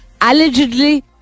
allegedly